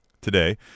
today